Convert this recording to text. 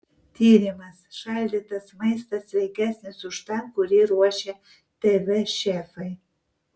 tyrimas šaldytas maistas sveikesnis už tą kurį ruošia tv šefai